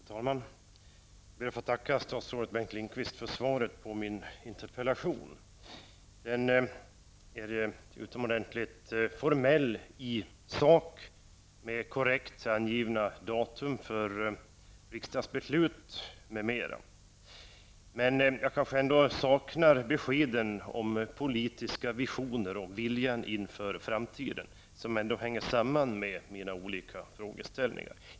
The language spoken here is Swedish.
Herr talman! Jag ber att få tacka statsrådet Bengt Lindqvist för svaret på min interpellation. Det är utomordentligt formellt i sak med korrekt angivna datum för riksdagsbeslut m.m. Jag saknar ändå besked om politiska visioner och viljan inför framtiden. De hänger ju ändå samman med mina olika frågeställningar.